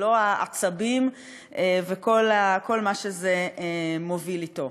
ללא העצבים וכל מה שזה מוביל אתו.